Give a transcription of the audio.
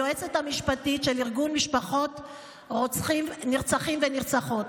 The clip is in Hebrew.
היועצת המשפטית של ארגון משפחות נרצחים ונרצחות.